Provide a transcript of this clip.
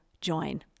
join